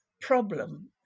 problem